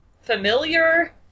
familiar